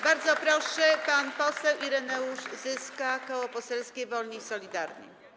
Bardzo proszę, pan poseł Ireneusz Zyska, Koło Poselskie Wolni i Solidarni.